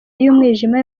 y’umwijima